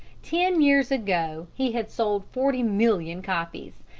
ten years ago he had sold forty million copies.